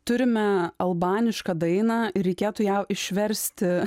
turime albanišką dainą ir reikėtų ją išversti